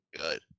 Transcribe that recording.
Good